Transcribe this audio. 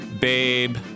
Babe